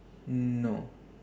no